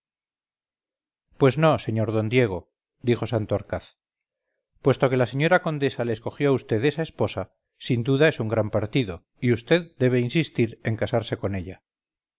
pues no sr d diego dijo santorcaz puesto que la señora condesa le escogió a vd esa esposa sin duda es un gran partido y vd debe insistir en casarse con ella